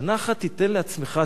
שנה אחת תיתן לעצמך,